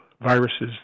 viruses